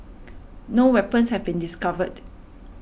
no weapons have been discovered